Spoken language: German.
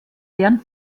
deren